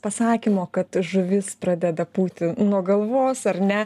pasakymo kad žuvis pradeda pūti nuo galvos ar ne